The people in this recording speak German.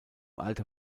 alter